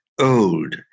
old